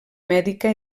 mèdica